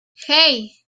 hey